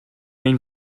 ein